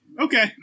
okay